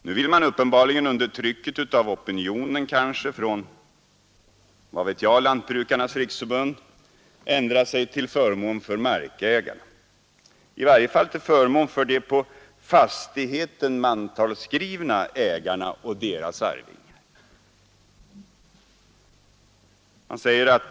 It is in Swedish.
Nu vill man uppenbarligen under trycket av opinionen från bl.a. Lantbrukarnas riksförbund ändra sig till förmån för markägarna — i varje fall till förmån för de på fastigheten mantalsskrivna ägarna och deras arvingar.